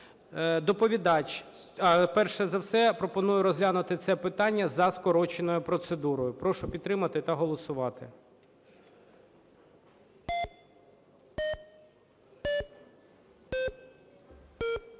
Доповідач, перш за все, пропоную розглянути це питання за скороченою процедурою. Прошу підтримати та голосувати.